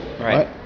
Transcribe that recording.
Right